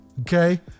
okay